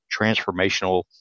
transformational